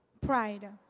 Pride